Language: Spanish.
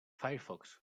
firefox